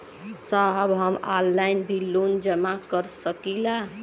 साहब हम ऑनलाइन भी लोन जमा कर सकीला?